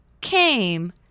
Came